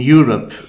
Europe